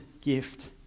gift